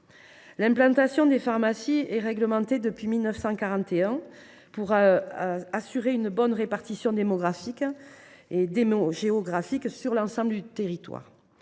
L’implantation des pharmacies est réglementée depuis 1941 pour assurer une bonne répartition « démo géographique » sur l’ensemble du territoire.